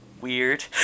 weird